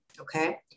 okay